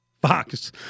Fox